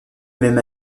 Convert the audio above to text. même